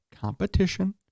competition